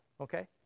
okay